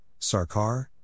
Sarkar